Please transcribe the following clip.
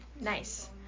Nice